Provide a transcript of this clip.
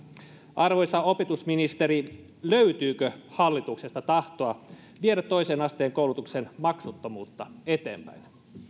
arvoisa opetusministeri löytyykö hallituksesta tahtoa viedä toisen asteen koulutuksen maksuttomuutta eteenpäin